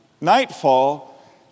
nightfall